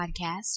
Podcast